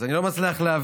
אז אני לא מצליח להבין